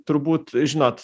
turbūt žinot